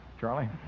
Charlie